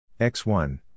X1